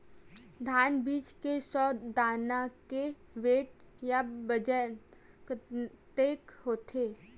धान बीज के सौ दाना के वेट या बजन कतके होथे?